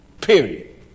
period